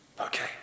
Okay